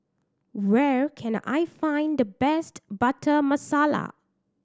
where can I find the best Butter Masala